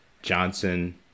Johnson